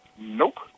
Nope